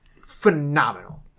phenomenal